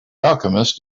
alchemist